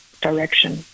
direction